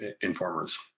informers